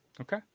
Okay